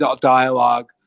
dialogue